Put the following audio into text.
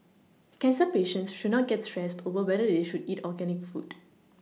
cancer patients should not get stressed over whether they should eat organic food